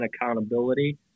accountability